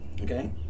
Okay